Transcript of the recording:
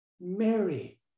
Mary